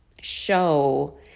show